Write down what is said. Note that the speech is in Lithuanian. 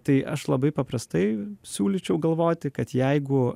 tai aš labai paprastai siūlyčiau galvoti kad jeigu